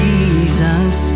Jesus